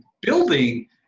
building